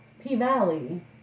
P-Valley